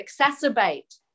exacerbate